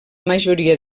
majoria